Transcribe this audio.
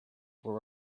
were